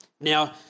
Now